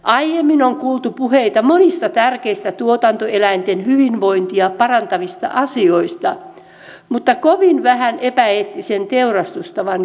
aiemmin on kuultu puheita monista tärkeistä tuotantoeläinten hyvinvointia parantavista asioista mutta kovin vähän epäeettisen teurastustavan kieltämisestä